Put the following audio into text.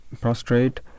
prostrate